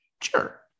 sure